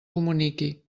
comuniqui